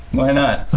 why not?